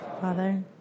Father